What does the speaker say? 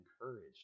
encouraged